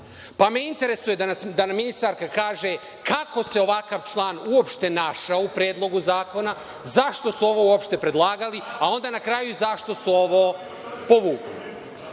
kamate. Interesuje me, da nam ministarka kaže – kako se ovakav član uopšte našao u Predlogu zakona, zašto su ovo uopšte predlagali, a onda na kraju i zašto su ovo